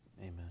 Amen